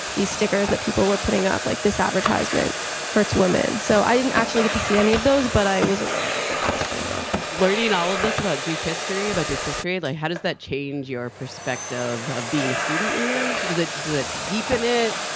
these stickers that people were putting up like this advertisement hurts women. so i didn't actually get to see any of those but i was aware that that was going on. learning all of this about duke history, about duke history, like how does that change your perspective of being a student here? does it does it deepen it?